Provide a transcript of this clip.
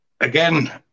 again